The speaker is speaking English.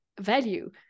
value